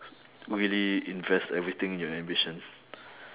really invest everything in your ambition